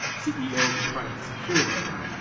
ceo of a private security firm,